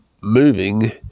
moving